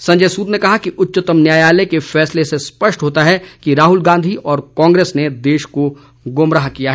संजय सूद ने कहा कि उच्चतम न्यायालय के फैसले से स्पष्ट होता है कि राहुल गांधी व कांग्रेस ने देश को गुमराह किया है